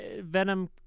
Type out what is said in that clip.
Venom